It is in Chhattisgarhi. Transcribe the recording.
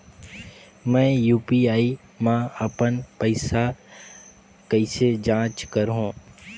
मैं यू.पी.आई मा अपन पइसा कइसे जांच करहु?